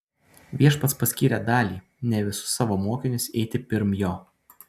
viešpats paskyrė dalį ne visus savo mokinius eiti pirm jo